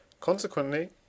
Consequently